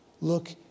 look